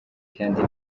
kandi